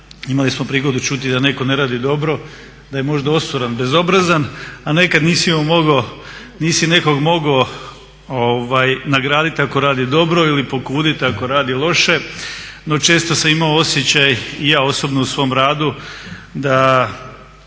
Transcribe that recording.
imali smo prigodu čuti da netko ne radi dobro, da je možda osoran, bezobrazan a nekad nisi nekog mogao nagraditi ako radi dobro ili pokuditi ako radi loše no često sam imao osjećaj i ja osobno u svom radu da